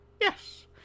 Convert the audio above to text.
Yes